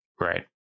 Right